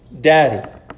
Daddy